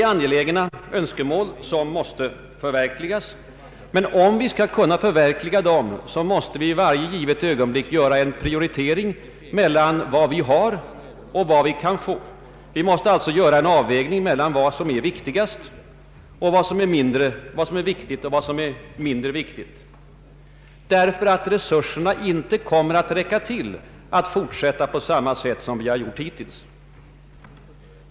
Nya angelägna önskemål måste förverkligas, men om vi skall kunna förverkliga .dem måste vi i varje givet ögonblick göra en prioritering mellan vad vi har och vad vi kan få. Vi måste göra en av Ang. den ekonomiska politiken vägning mellan vad som är viktigt och vad som är mindre viktigt, därför att resurserna inte kommer att räcka till att fortsätta på samma sätt som vi hittills har gjort.